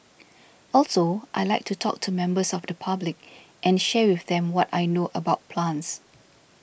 also I like to talk to members of the public and share with them what I know about plants